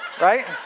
Right